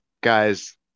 guys